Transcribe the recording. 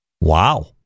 Wow